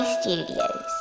Studios